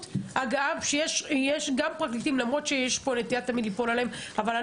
למרות שיש נטייה תמיד ליפול עליהם, אני